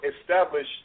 established